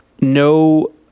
no